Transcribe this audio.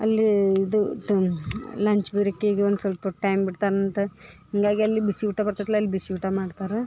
ಅಲ್ಲೀ ಇದು ತ್ ಲಂಚ್ ಬ್ರೇಕಿಗೆ ಒಂದು ಸೊಲ್ಪೊತ್ತು ಟೈಮ್ ಬಿಡ್ತರಂತ ಹೀಗಾಗೆ ಅಲ್ಲಿ ಬಿಸಿ ಊಟ ಬರ್ತೈತ್ಲ ಅಲ್ಲಿ ಬಿಸಿ ಊಟ ಮಾಡ್ತಾರೆ